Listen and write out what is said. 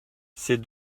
ses